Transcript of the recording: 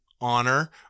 honor